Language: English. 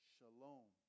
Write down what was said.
Shalom